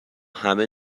همه